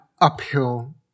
uphill